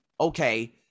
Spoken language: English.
okay